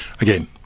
again